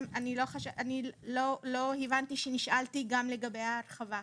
אני לא הבנתי כשנשאלתי גם לגבי ההרחבה.